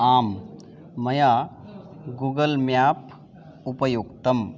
आं मया Google map उपयुक्तम्